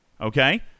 Okay